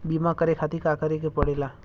बीमा करे खातिर का करे के पड़ेला?